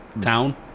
town